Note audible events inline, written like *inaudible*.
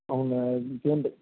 ಅವ್ನ *unintelligible*